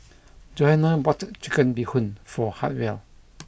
Johana bought Chicken Bee Hoon for Hartwell